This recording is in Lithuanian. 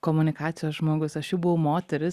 komunikacijos žmogus aš jų buvau moteris